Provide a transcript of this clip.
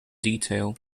detail